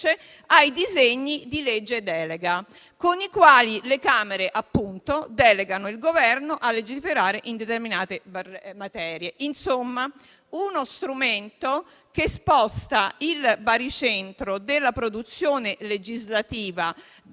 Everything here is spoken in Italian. ai disegni di legge di delega, con i quali le Camere delegano il Governo a legiferare in determinate materie. Insomma, si tratta di uno strumento che sposta il baricentro della produzione legislativa dal